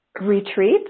retreat